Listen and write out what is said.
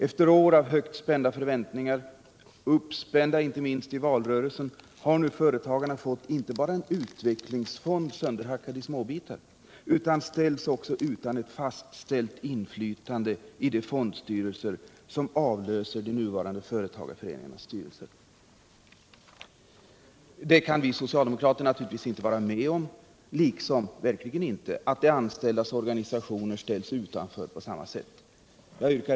Efter år av högt spända förväntningar — uppspända inte minst i valrörelsen — har nu företagarna inte bara fått en utvecklingsfond sönderhackad i småbitar, utan de ställs också utan ett fastställt inflytande i de fondstyrelser som avlöser de nuvarande företagarföreningarnas styrelser. Det kan vi socialdemokrater naturligtvis inte vara med om — liksom vi verkligen inte kan vara med om att de anställdas organisationer ställs utanför på samma sätt.